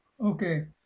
okay